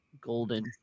golden